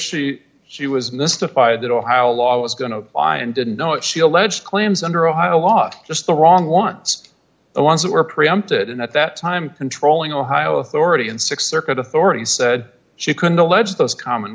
she she was mystified at all how long it was going to fly and didn't know what she alleged claims under ohio law just the wrong wants the ones that were preempted and at that time controlling ohio authority and th circuit authorities said she couldn't allege those common